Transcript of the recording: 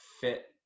fit